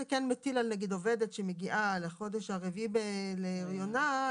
זה כן מטיל על עובדת שמגיעה לחודש הרביעי להריונה,